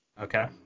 Okay